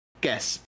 Guess